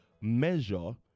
measure